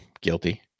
Guilty